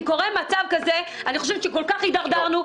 אם קורה מצב כזה זה אומר שכל כך הידרדרנו.